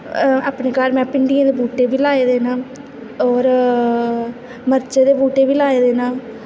अपने घर में भिंडियें दे बूह्टे बी लाऐ दे न होर मरचें दे बूह्टे बी लाए दे न